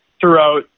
throughout